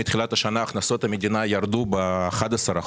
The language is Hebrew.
מתחילת השנה הכנסות המדינה ירדו ב-11%.